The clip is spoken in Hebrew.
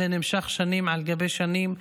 זה נמשך שנים על גבי שנים,